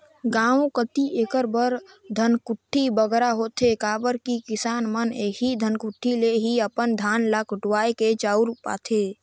गाँव कती एकर बर धनकुट्टी बगरा होथे काबर कि किसान मन एही धनकुट्टी ले ही अपन धान ल कुटवाए के चाँउर पाथें